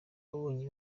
abonye